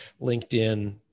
LinkedIn